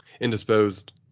indisposed